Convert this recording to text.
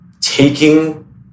taking